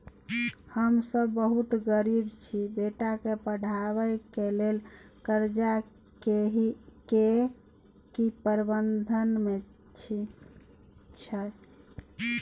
हम सब बहुत गरीब छी, बेटा के पढाबै के लेल कर्जा के की प्रावधान छै?